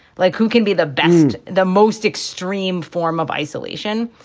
like who can be the best, the most extreme form of isolation.